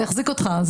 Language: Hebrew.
זה יחזיק אותך.